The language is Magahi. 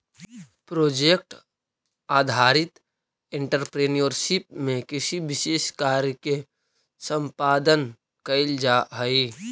प्रोजेक्ट आधारित एंटरप्रेन्योरशिप में किसी विशेष कार्य के संपादन कईल जाऽ हई